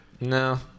No